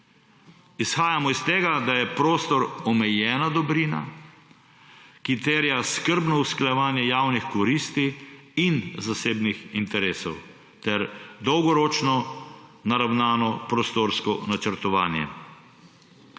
Izhajamo iz tega, da je prostor omejena dobrina, ki terja skrbno usklajevanje javnih koristi in zasebnih interesov ter dolgoročno naravnano prostorsko načrtovanje.